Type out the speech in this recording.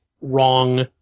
wrong